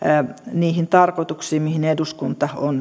niihin tarkoituksiin mihin eduskunta on